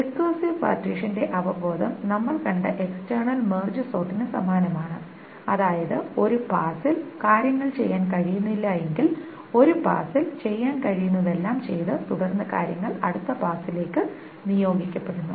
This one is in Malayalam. റിക്കർസീവ് പാർട്ടീഷന്റെ അവബോധം നമ്മൾ കണ്ട എക്സ്ടെർണൽ മെർജ് സോർട്ടിനു സമാനമാണ് അതായത് ഒരു പാസിൽ കാര്യങ്ങൾ ചെയ്യാൻ കഴിയുന്നില്ലെങ്കിൽ ഒരു പാസിൽ ചെയ്യാൻ കഴിയുന്നതെല്ലാം ചെയ്ത് തുടർന്ന് കാര്യങ്ങൾ അടുത്ത പാസിലേക്ക് നിയോഗിക്കപ്പെടുന്നു